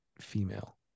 female